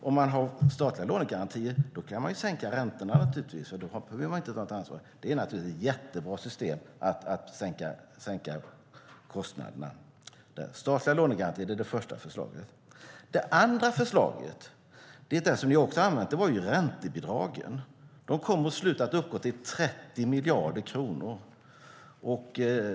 Om det finns statliga lånegarantier kan man naturligtvis sänka räntorna. Man behöver inte ta något ansvar. Det är ett jättebra system för att sänka kostnaderna. Statliga lånegarantier är alltså det första förslaget. Det andra förslaget är räntebidrag, som ni också prövat. De kom till slut att uppgå till 30 miljarder kronor.